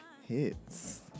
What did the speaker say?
Hits